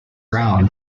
brown